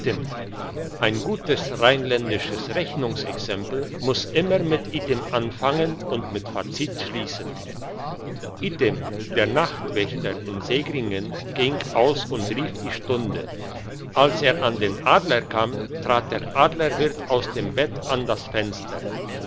rechnungsexempel muss immer mit item anfangen und mit fazit schliessen item der nachtwächter in segringen ging aus und rief die stunde als er an den adler kam trat der adlerwirt aus dem bett an das fenster